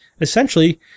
essentially